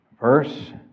Verse